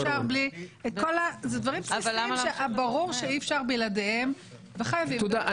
אלו דברים בסיסיים שברור שאי אפשר בלעדיהם וחייבים --- אם